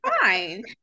fine